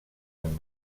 amb